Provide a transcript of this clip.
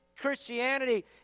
Christianity